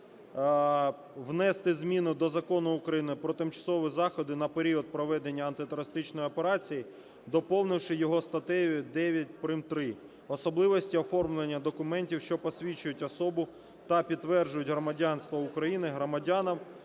внести зміни до Закону України "Про тимчасові заходи на період проведення антитерористичної операції", доповнивши його статтею 9 прим.3.: "Особливості оформлення документів, що посвідчують особу та підтверджують громадянство України, громадянам,